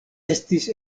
estis